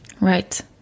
Right